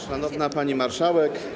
Szanowna Pani Marszałek!